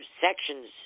sections